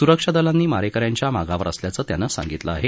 सुरक्षा दलांनी मारेक यांच्या मागावर असल्याचं त्यानं सांगितलं आहे